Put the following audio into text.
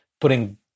putting